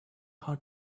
how